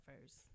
first